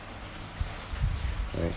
right